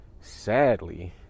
Sadly